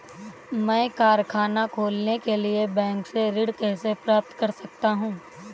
मैं कारखाना खोलने के लिए बैंक से ऋण कैसे प्राप्त कर सकता हूँ?